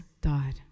died